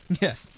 Yes